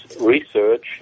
research